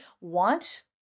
want